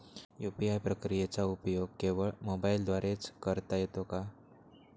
UPI प्रक्रियेचा उपयोग केवळ मोबाईलद्वारे च करता येतो का?